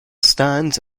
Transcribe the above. stands